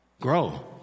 grow